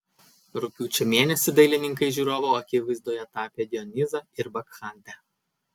rugpjūčio mėnesį dailininkai žiūrovų akivaizdoje tapė dionizą ir bakchantę